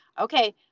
Okay